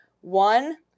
one